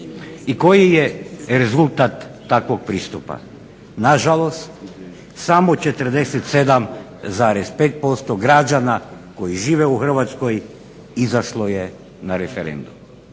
I koji je rezultat takovog pristupa? Nažalost, samo 47,5% građana koji žive u Hrvatskoj izašlo je na referendum.